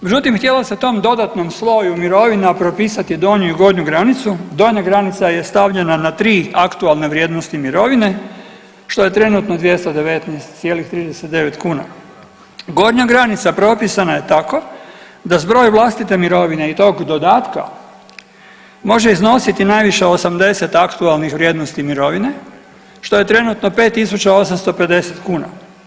Međutim htjelo se tom dodatnom sloju mirovina propisati donju i gornju granicu, donja granica je stavljena na 3 aktualne vrijednosti mirovine što je trenutno 219,39 kuna, gornja granica propisana je tako da zbroj vlastite mirovine i tog dodatka može iznositi najviše 80 aktualnih vrijednosti mirovine što je trenutno 5.850 kuna.